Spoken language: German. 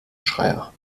schreier